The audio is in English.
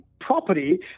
property